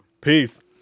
Peace